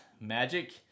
Magic